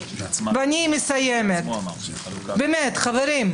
ואני מסיימת, חברים.